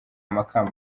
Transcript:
amakamba